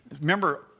Remember